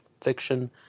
fiction